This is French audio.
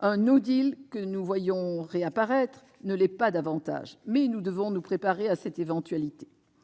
Un, que nous voyons de nouveau se profiler, ne l'est pas davantage, même si nous devons nous préparer à cette éventualité.